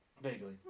Vaguely